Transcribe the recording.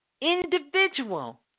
individual